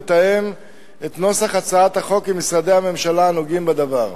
לתאם את נוסח הצעת החוק עם משרדי הממשלה הנוגעים בדבר.